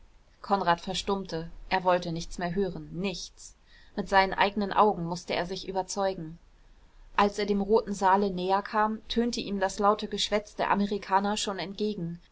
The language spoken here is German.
konrad verstummte er wollte nichts mehr hören nichts mit seinen eigenen augen mußte er sich überzeugen als er dem roten saale näher kam tönte ihm das laute geschwätz der amerikaner schon entgegen